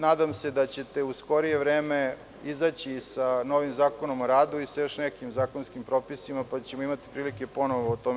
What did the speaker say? Nadam se da ćete u skorije vreme izaći sa novim Zakonom o radu i sa još nekim zakonskim propisima, pa ćemo imati prilike da razgovaramo ponovo o tome.